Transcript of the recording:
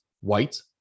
White